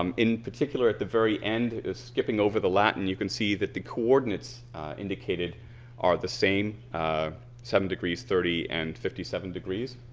um in particular at the very end, it's skipping over the latin and you can see that the coordinates indicated are the same ah seven degrees, thirty and fifty seven degrees.